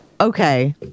Okay